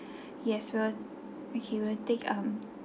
yes we will okay we'll take um